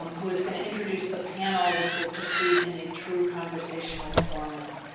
um who is going to introduce the panel, which will proceed in a true conversational format.